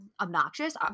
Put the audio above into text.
obnoxious